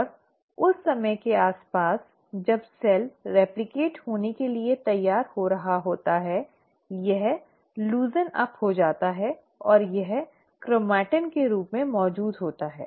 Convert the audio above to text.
और उस समय के आसपास जब कोशिका रिप्लिकेट होने के लिए तैयार हो रहा होता है वह शिथिल हो जाता है और यह क्रोमेटिन के रूप में मौजूद होता है